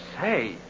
say